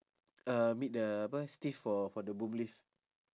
uh meet the apa steve for for the boom lift